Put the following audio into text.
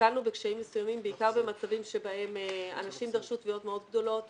נתקלנו בקשיים מסוימים בעיקר במצבים בהם אנשים דרשו תביעות מאוד גדולות